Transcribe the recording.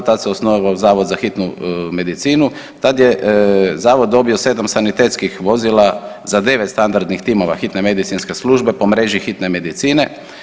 Tada se osnovao Zavod za hitnu medicinu, tada je Zavod dobio 7 sanitetskih vozila za 9 standardnih timova hitne medicinske službe po mreži hitne medicine.